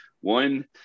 one